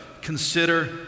consider